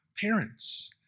parents